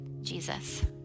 Jesus